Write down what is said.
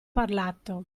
parlato